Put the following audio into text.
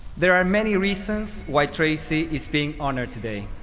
there are many reasons why tracey is being honored today.